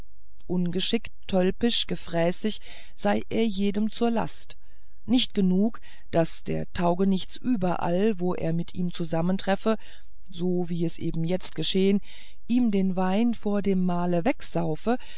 ungeschickt tölpisch gefräßig sei er jedem zur last nicht genug daß der taugenichts überall wo er mit ihm zusammentreffe so wie es eben jetzt geschehen ihm den wein vor dem maule wegsaufe